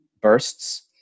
bursts